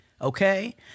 Okay